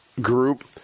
group